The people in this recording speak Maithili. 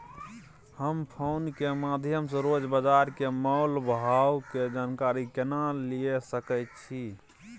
हम फोन के माध्यम सो रोज बाजार के मोल भाव के जानकारी केना लिए सके छी?